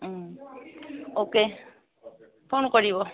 okay phone কৰিব